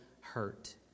hurt